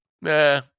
nah